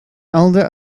elder